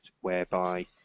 whereby